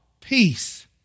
peace